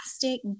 plastic